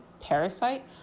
parasite